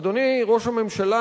אדוני ראש הממשלה,